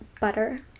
butter